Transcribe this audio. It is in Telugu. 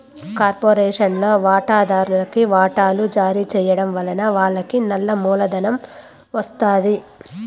కార్పొరేషన్ల వాటాదార్లుకి వాటలు జారీ చేయడం వలన వాళ్లకి నల్ల మూలధనం ఒస్తాది